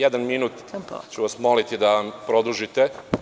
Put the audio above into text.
Jedan minut ću vas moliti da produžite.